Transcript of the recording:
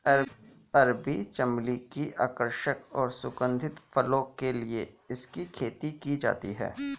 अरबी चमली की आकर्षक और सुगंधित फूलों के लिए इसकी खेती की जाती है